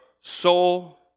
soul